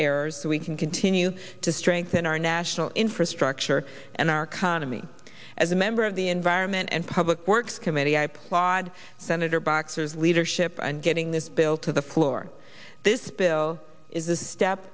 errors so we can continue to strengthen our national infrastructure and are coming to me as a member of the environment and public works committee i applaud senator boxer's leadership and getting this bill to the floor this bill is a step